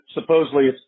supposedly